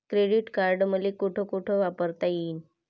Credit card मले कोठ कोठ वापरता येईन?